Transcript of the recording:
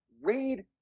read